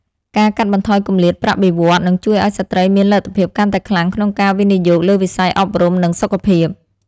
ការកាត់បន្ថយគម្លាតប្រាក់បៀវត្សរ៍នឹងជួយឱ្យស្ត្រីមានលទ្ធភាពកាន់តែខ្លាំងក្នុងការវិនិយោគលើវិស័យអប់រំនិងសុខភាព។